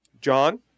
John